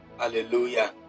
Hallelujah